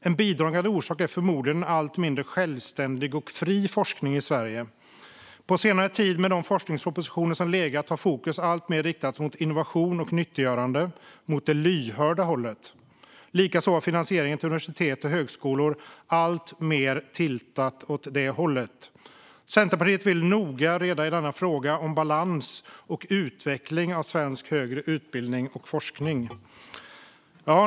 En bidragande orsak är förmodligen en allt mindre självständig och fri forskning i Sverige. På senare tid, med de forskningspropositioner som legat, har fokus alltmer riktats mot innovation och nyttiggörande - mot det lyhörda hållet. Likaså har finansieringen till universitet och högskolor alltmer tiltat åt det hållet. Centerpartiet vill reda noggrant i denna fråga om balans och utveckling av svensk högre utbildning och forskning.